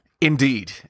Indeed